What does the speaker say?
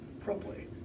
properly